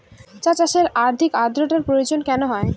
চা চাষে অধিক আদ্রর্তার প্রয়োজন কেন হয়?